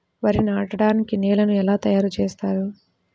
వరి నాటడానికి నేలను ఎలా తయారు చేస్తారు?